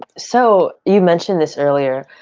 so you mentioned this earlier,